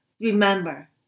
remember